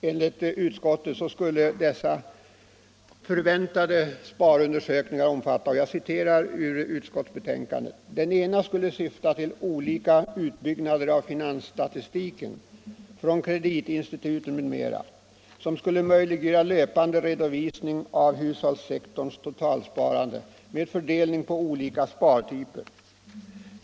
Enligt utskottet skulle dessa förväntade förundersökningar omfatta — jag citerar ur utskottsbetänkandet — följande: ”Den ena skulle syfta till olika utbyggnader av finansstatistiken från kreditinstituten m.m. som skulle möjliggöra löpande redovisning av hushållssektorns totalsparande med fördelning på olika spartyper.